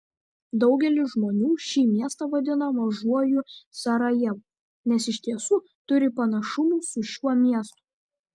daugelis žmonių šį miestą vadina mažuoju sarajevu nes iš tiesų turi panašumų su šiuo miestu